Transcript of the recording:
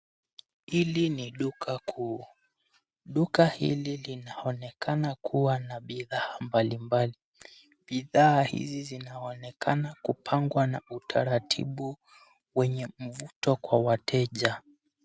Hili ni duka kuu, duka hili linaonekana kuwa na bidhaa mbalimbali, bidhaa hizi zinaonekana kupangwa na utaratibu wenye mvuto kwa wateja.